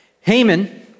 Haman